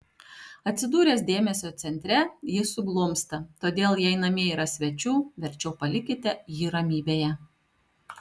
atsidūręs dėmesio centre jis suglumsta todėl jei namie yra svečių verčiau palikite jį ramybėje